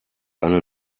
eine